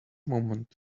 moment